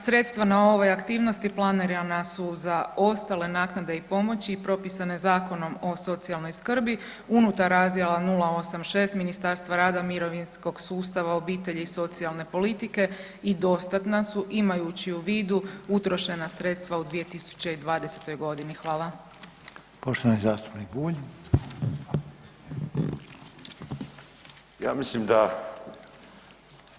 Sredstva na ovoj aktivnosti planirana su za ostale naknade i pomoći i propisane Zakonom o socijalnoj skrbi unutar razdjela 086 Ministarstva rada, mirovinskog sustava, obitelji i socijalne politike i dostatna su imajući u vidu utrošena sredstva u 2020. godini.